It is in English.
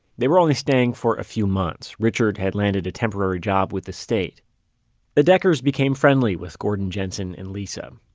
they were only staying for a few months richard had landed a temporary job with the state the deckers became friendly with gordon jensen and lisa.